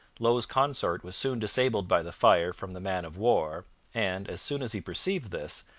low's consort was soon disabled by the fire from the man-of-war, and, as soon as he perceived this,